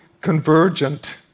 convergent